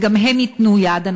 וגם הם ייתנו יד.